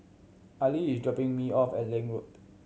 Ali is dropping me off at Lange Road